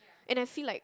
and I feel like